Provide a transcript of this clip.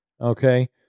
Okay